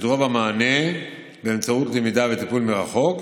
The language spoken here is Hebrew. רוב המענה באמצעות למידה וטיפול מרחוק,